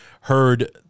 heard